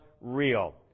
real